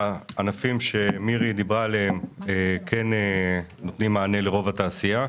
הענפים שמירי דיברה עליהם כן נותנים מענה לרוב התעשייה.